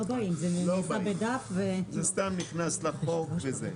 לא באים שסתם נכנס לחוק וזה,